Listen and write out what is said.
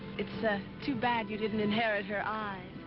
it's, ah, too bad you didn't inherit her eyes.